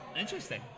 Interesting